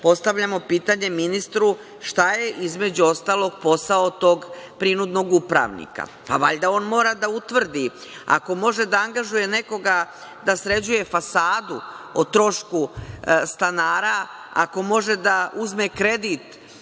postavljamo pitanje ministru – šta je, između ostalog, posao tog prinudnog upravnika? Valjda on mora da utvrdi? Ako može da angažuje nekoga da sređuje fasadu o trošku stanara, ako može da uzme kredit